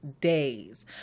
days